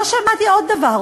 לא שמעתי עוד דבר,